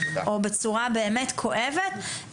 או בצורה באמת כואבת,